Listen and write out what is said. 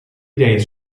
days